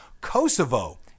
Kosovo